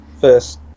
first